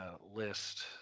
list